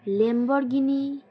Lamborghini